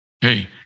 Hey